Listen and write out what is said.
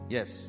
Yes